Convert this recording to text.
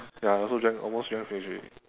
ya I also drank almost drank finish already